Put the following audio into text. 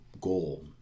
goal